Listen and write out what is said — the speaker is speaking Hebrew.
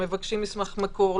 מבקשים מסמך מקור,